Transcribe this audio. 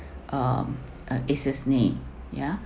um uh is his name ya